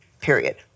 period